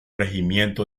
regimiento